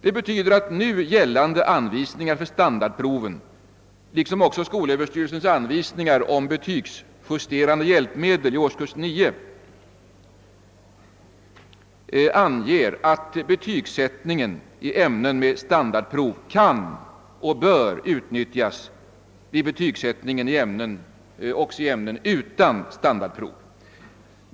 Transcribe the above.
Det betyder att nu gällande anvisningar för standardproven, liksom också skolöverstyrelsens anvisningar om betygsjusterande hjälpmedel i årskurs 9, anger att betygsättningen i ämnen med standardprov kan och bör utnyttjas vid betygsättningen även i ämnen utan standardprov.